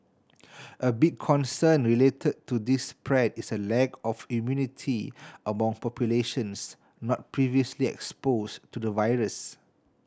a big concern related to this spread is a lack of immunity among populations not previously exposed to the virus